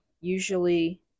usually